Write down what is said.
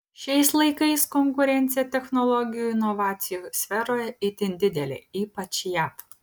šiais laikais konkurencija technologijų inovacijų sferoje itin didelė ypač jav